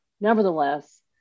nevertheless